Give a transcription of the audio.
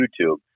YouTube